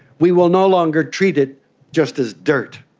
we will no longer treat it just as dirt.